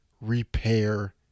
repair